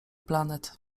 planet